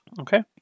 Okay